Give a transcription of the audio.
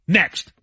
next